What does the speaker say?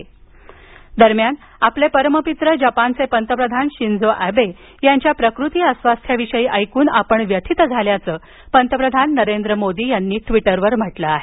मोदी दरम्यान आपले परममित्र जपानचे पंतप्रधान शिंझो अॅबे यांच्या प्रकृती अस्वस्थ्याविषयी ऐकून आपण व्यथित झाल्याचं पंतप्रधान नरेंद्र मोदी यांनी म्हटलं आहे